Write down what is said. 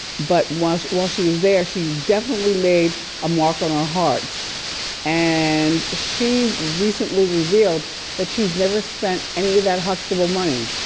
but once while she was there, she's definitely made a mark on our hearts and she's recently revealed that she's never spent any of that huxtable money.